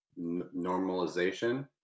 normalization